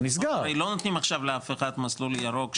לא נותנים לאף אחד מסלול ירוק שם.